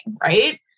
right